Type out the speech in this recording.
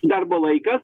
darbo laikas